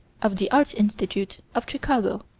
of the art institute, of chicago.